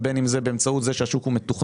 בין אם זה באמצעות זה שהשוק הוא מתוכנן.